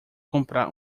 comprar